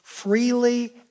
freely